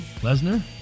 Lesnar